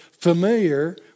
familiar